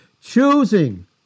Choosing